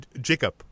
Jacob